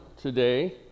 today